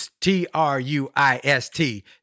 T-R-U-I-S-T